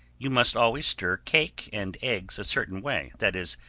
you must always stir cake and eggs a certain way, that is,